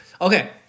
okay